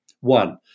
One